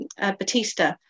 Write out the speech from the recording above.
Batista